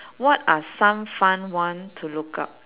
what are some fun one to look up